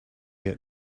get